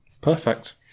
Perfect